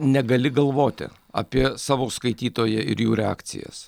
negali galvoti apie savo skaitytoją ir jų reakcijas